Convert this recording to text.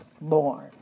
born